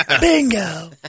Bingo